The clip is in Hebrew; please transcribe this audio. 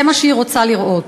זה מה שהיא רוצה לראות.